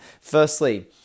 Firstly